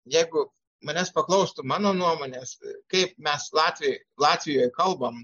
jeigu manęs paklaustų mano nuomonės kaip mes latviai latvijoj kalbam